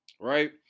right